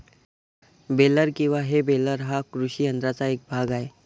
baler किंवा हे baler हा कृषी यंत्राचा एक भाग आहे